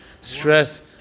stress